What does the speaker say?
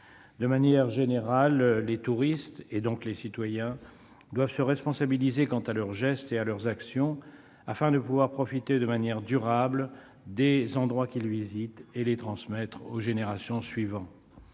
De manière générale, les touristes, et donc les citoyens, doivent se responsabiliser quant à leurs gestes et à leurs actions afin de pouvoir profiter de manière durable des endroits qu'ils visitent et les transmettre aux générations suivantes.